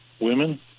women